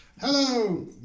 hello